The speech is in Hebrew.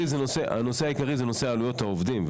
הנושא העיקרי הוא נושא עלויות העובדים,